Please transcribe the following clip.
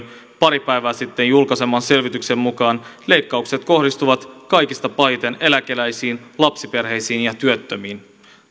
pari päivää sitten julkaiseman selvityksen mukaan leikkaukset kohdistuvat kaikista pahiten eläkeläisiin lapsiperheisiin ja työttömiin